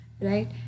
right